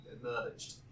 emerged